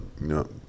No